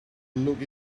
look